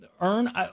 earn